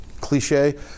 cliche